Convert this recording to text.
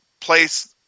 place